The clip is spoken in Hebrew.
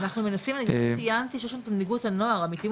אני ציינתי שיש לנו את מנהיגות הנוער "אמיתיים